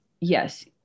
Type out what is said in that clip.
yes